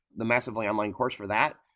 the massively online course for that.